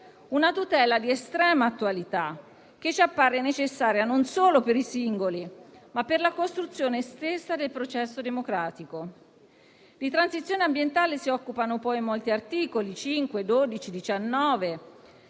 una tutela di estrema attualità, che ci appare necessaria non solo per i singoli, ma per la costruzione stessa del processo democratico. Di transizione ambientale si occupano poi molti articoli (5, 12, 19),